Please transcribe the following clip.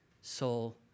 soul